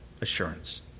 assurance